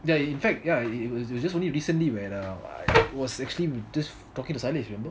there are in fact ya it was it was just only recently where I was actually just talking to Sailesh remember